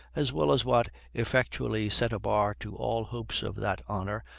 as well as what effectually set a bar to all hopes of that honor,